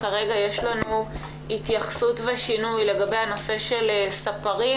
כרגע יש לנו התייחסות ושינוי לגבי הנושא של ספרים,